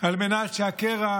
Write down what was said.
על מנת שהקרע,